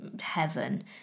heaven